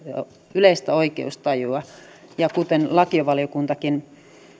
yleistä oikeustajua kuten lakivaliokuntakin